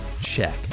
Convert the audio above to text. check